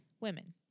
Women